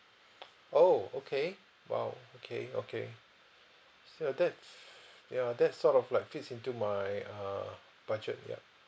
oh okay !wow! okay okay so that's ya that's sort of like fits into my uh budget ya